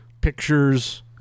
pictures